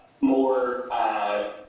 more